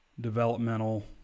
developmental